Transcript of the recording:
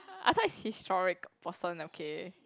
I thought is historic person okay